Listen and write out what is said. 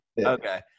Okay